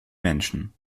menschen